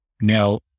now